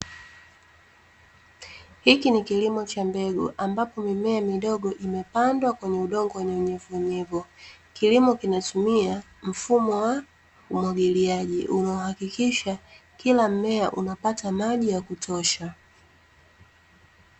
Hiki ni kilimo cha mbegu, ambapo mimea midogo imepandwa kwenye udongo wenye unyevuunyevu. Kilimo kinatumia mfumo wa umwagiliaji, unaohakikisha kila mmea unapata maji ya kutosha.